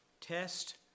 test